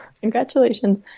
Congratulations